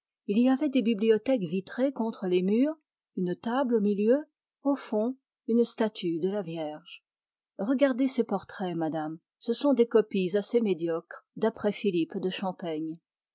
il y avait des bibliothèques vitrées contre les murs une table au milieu au fond une statue de la vierge regardez ces portraits madame ce sont des copies assez médiocres d'après philippe de champaigne